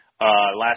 last